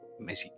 Messi